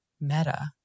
meta